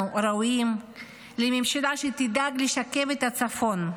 אנחנו ראויים לממשלה שתדאג לשקם את הצפון,